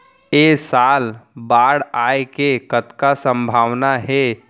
ऐ साल बाढ़ आय के कतका संभावना हे?